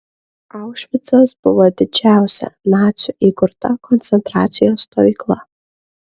aušvicas buvo didžiausia nacių įkurta koncentracijos stovykla